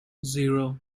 zero